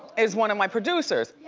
is one of my producers.